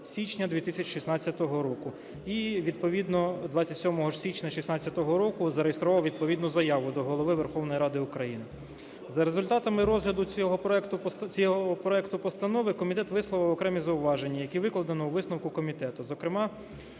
січня 2016 року, і відповідно 27 січня 2016 року зареєстрував відповідну заяву до Голови Верховної Ради України. За результатами розгляду цього проекту постанови комітет висловив окремі зауваження, які викладено у висновку комітету, зокрема